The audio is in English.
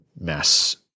mass